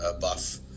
buff